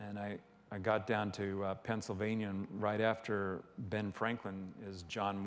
and i got down to pennsylvania and right after ben franklin is john